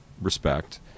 respect